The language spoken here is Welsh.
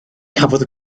cafodd